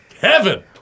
heaven